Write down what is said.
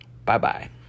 Bye-bye